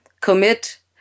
commit